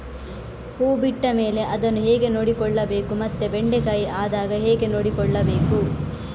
ಹೂ ಬಿಟ್ಟ ಮೇಲೆ ಅದನ್ನು ಹೇಗೆ ನೋಡಿಕೊಳ್ಳಬೇಕು ಮತ್ತೆ ಬೆಂಡೆ ಕಾಯಿ ಆದಾಗ ಹೇಗೆ ನೋಡಿಕೊಳ್ಳಬೇಕು?